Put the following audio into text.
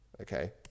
okay